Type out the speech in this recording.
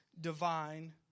divine